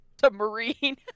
submarine